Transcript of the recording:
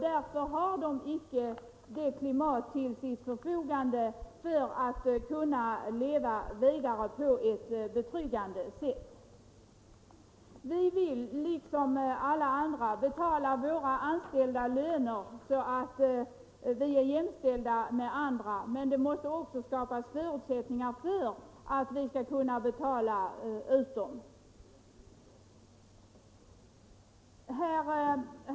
Därför har de icke till sitt förfogande ett ekonomiskt klimat som gör det möjligt för dem att leva vidare på ett betryggande sätt. Vi vill liksom alla andra betala våra anställda sådana löner att de blir jämställda med andra grupper, men då måste också förutsättningar skapas för att vi skall kunna betala ut de lönerna.